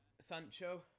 Sancho